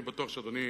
אני בטוח שאדוני,